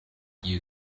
you